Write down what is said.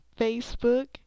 Facebook